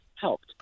helped